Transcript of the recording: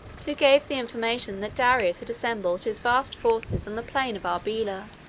who gave the information that darius had assembled his vast forces on the plain of arbela,